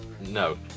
No